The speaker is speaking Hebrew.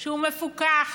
שהוא מפוקח,